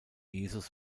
jesus